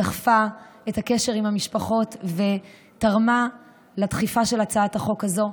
דחפה את הקשר עם המשפחות ותרמה לדחיפה של הצעת החוק הזו,